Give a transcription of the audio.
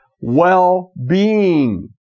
well-being